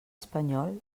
espanyol